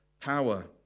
power